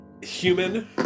Human